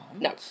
No